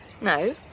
No